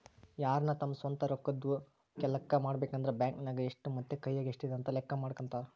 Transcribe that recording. ಯಾರನ ತಮ್ಮ ಸ್ವಂತ ರೊಕ್ಕದ್ದು ಲೆಕ್ಕ ಮಾಡಬೇಕಂದ್ರ ಬ್ಯಾಂಕ್ ನಗ ಎಷ್ಟು ಮತ್ತೆ ಕೈಯಗ ಎಷ್ಟಿದೆ ಅಂತ ಲೆಕ್ಕ ಮಾಡಕಂತರಾ